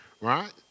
right